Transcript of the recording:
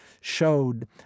showed